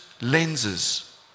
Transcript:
lenses